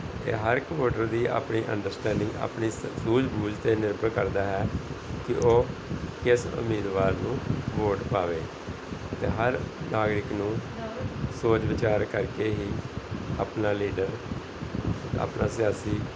ਅਤੇ ਹਰ ਇੱਕ ਵੋਟਰ ਦੀ ਆਪਣੀ ਅੰਡਰ ਸਟੈਂਡਿੰਗ ਆਪਣੀ ਸੂਝ ਬੂਝ 'ਤੇ ਨਿਰਭਰ ਕਰਦਾ ਹੈ ਕਿ ਉਹ ਕਿਸ ਉਮੀਦਵਾਰ ਨੂੰ ਵੋਟ ਪਾਵੇ ਅਤੇ ਹਰ ਨਾਗਰਿਕ ਨੂੰ ਸੋਚ ਵਿਚਾਰ ਕਰਕੇ ਹੀ ਆਪਣਾ ਲੀਡਰ ਆਪਣਾ ਸਿਆਸੀ